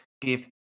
give